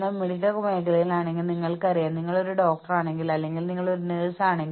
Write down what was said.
തങ്ങൾ സൃഷ്ടിക്കപ്പെടുന്ന ജീവനക്കാർക്ക് യഥാർത്ഥ നേട്ടമുണ്ടാക്കാൻ അവർക്ക് കഴിയണം